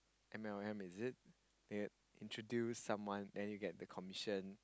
M_L_M is it they introduce someone then you get the commission